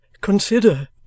consider